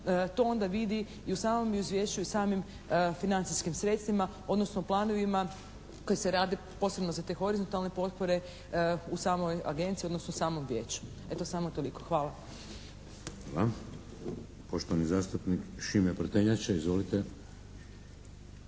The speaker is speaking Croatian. to onda vidi i u samom izvješću i samim financijskim sredstvima, odnosno planovima koji se rade posebno za te horizontalne potpore u samoj Agenciji, odnosno samom vijeću. Eto samo toliko. Hvala.